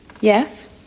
Yes